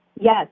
Yes